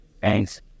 Thanks